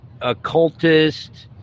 occultist